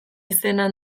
izena